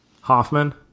Hoffman